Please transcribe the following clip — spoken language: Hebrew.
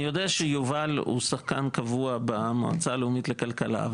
אני יודע שיובל הוא שחקן קבוע במועצה הלאומית לכלכלה,